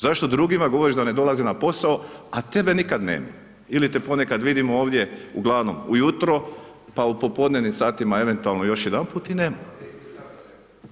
Zašto drugima govoriš da ne dolaze na posao, a tebe nikad nema ili te ponekad vidimo ovdje, ugl. ujutro, pa u popodnevnim satima, eventualno još jedanput i nema ga.